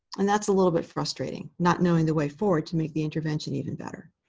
and that's a little bit frustrating not knowing the way forward to make the intervention even better.